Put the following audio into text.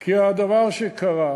כי הדבר שקרה,